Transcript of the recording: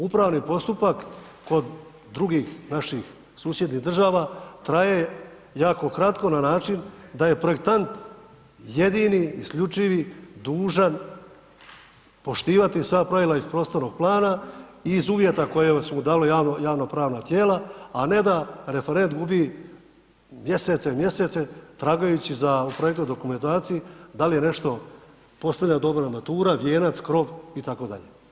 Upravni postupak kod drugih naših susjednih država traje jako kratko na način da je projektant jedini, isključivi dužan poštivati sva pravila iz prostornog plana i iz uvjeta koja su mu dala javnopravna tijela, a ne da referent gubi mjesece i mjesece tragajući za u projektnoj dokumentaciji da li je nešto - postavljena dobra armatura, vijenac, krov itd.